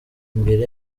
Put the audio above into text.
imbere